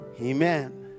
Amen